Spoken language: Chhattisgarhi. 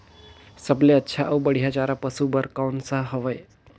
सबले अच्छा अउ बढ़िया चारा पशु बर कोन सा हवय?